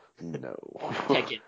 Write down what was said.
No